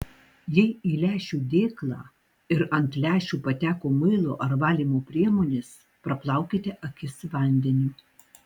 jei į lęšių dėklą ir ant lęšių pateko muilo ar valymo priemonės praplaukite akis vandeniu